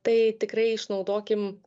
tai tikrai išnaudokim